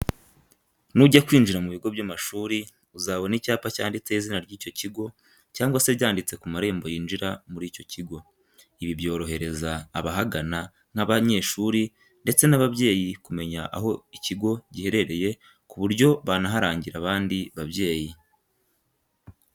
Nujya kwinjira mu bigo by'amashuri uzabona icyapa cyanditseho izina ry'icyo kigo cyangwa se ryanditse ku marembo yinjira muri icyo kigo. Ibi byorohereza abahagana nk'abanyeshuri ndetse n'ababyeyi kumenya aho ikigo giherereye ku buryo banaharangira abandi babyeyi.